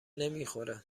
نمیخوره